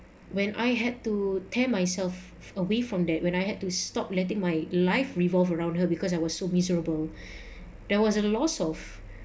when I had to tear myself away from that when I had to stop letting my life revolve around her because I was so miserable that wasn't a loss of